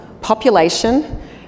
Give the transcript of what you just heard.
population